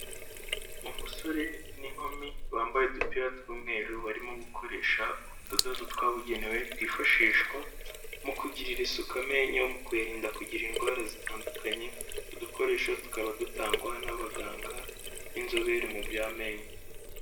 Umusore n'inkumi bambaye udupira tw'umweru barimo gukoresha utudodo twabugenewe, twifashishwa mu kugirira isuku amenyo, mu kuyarinda kugira indwara zitandukanye, utu dukoresho tukaba dutangwa n'abaganga b'inzobere mu by'amenyo.